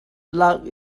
lak